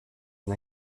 une